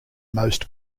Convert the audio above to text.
most